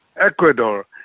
Ecuador